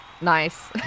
nice